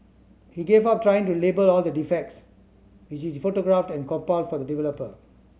he gave up trying to label all the defects which he photographed and compiled for the developer